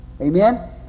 Amen